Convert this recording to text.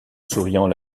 souriant